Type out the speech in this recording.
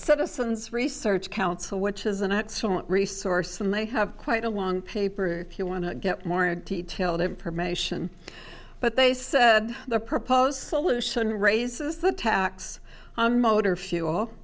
citizens research council which is an excellent resource and they have quite a long paper if you want to get more detail information but they said the proposed solution raises the tax on motor fuel